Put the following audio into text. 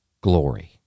glory